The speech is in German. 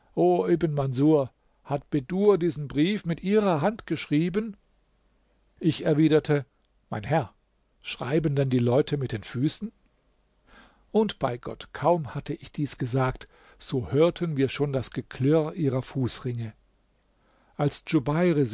o ibn manßur hat bedur diesen brief mit ihrer hand geschreiben ich erwiderte mein herr schreiben denn die leute mit den füßen und bei gott kaum hatte ich dies gesagt so hörten wir schon das geklirr ihrer fußringe als